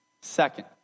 second